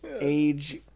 age